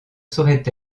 saurait